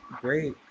great